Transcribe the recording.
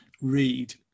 read